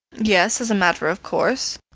yes, as a matter of course.